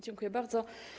Dziękuję bardzo.